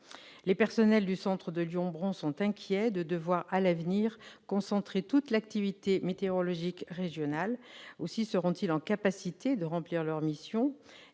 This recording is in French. Les personnels du centre de Lyon-Bron sont inquiets de devoir, à l'avenir, concentrer toute l'activité météorologique régionale. Seront-ils en capacité de remplir leur mission ?